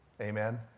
Amen